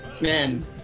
Men